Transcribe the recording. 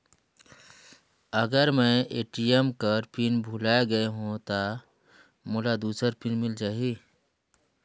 अगर मैं ए.टी.एम कर पिन भुलाये गये हो ता मोला दूसर पिन मिल जाही?